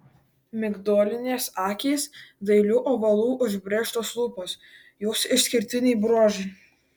migdolinės akys dailiu ovalu užbrėžtos lūpos jos išskirtiniai bruožai